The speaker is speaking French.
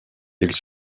ils